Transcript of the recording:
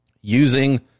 using